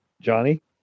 Johnny